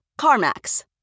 CarMax